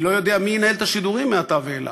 אני לא יודע מי ינהל את השידורים מעתה ואילך.